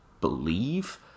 believe